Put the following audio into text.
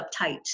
uptight